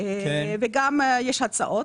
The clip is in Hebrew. גם יש הצעות.